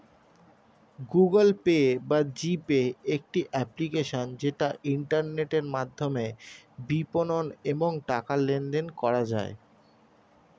Google Pay বা G Pay একটি application যেটা ইন্টারনেটের মাধ্যমে বিপণন এবং টাকা লেনদেন করা যায়